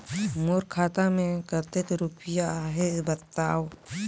मोर खाता मे कतेक रुपिया आहे बताव?